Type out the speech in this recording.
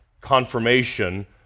confirmation